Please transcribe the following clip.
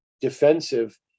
defensive